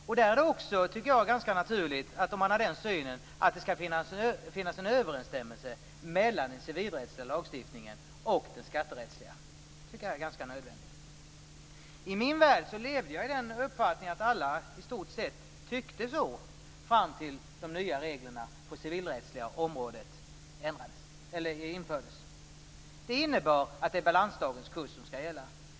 Om man har den synen är det också ganska naturligt att det skall finnas en överensstämmelse mellan den civilrättsliga lagstiftningen och den skatterättsliga. Jag tycker att det är ganska nödvändigt. I min värld levde jag med den uppfattningen att i stort sett alla tyckte så fram till dess att de nya reglerna på det civilrättsliga området infördes. De innebar att det är balansdagens kurs som skall gälla.